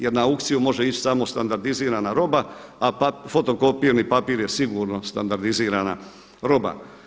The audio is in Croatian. Jer na aukciju može ići samo standardizirana roba, a fotokopirni papir je sigurno standardizirana roba.